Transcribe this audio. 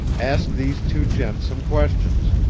ask these two gents some questions.